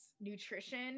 Nutrition